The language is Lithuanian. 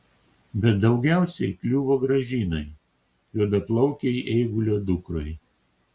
bet daugiausiai kliuvo gražinai juodaplaukei eigulio dukrai